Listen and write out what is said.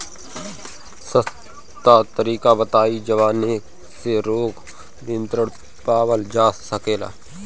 सस्ता तरीका बताई जवने से रोग पर नियंत्रण पावल जा सकेला?